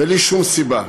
בלי שום סיבה.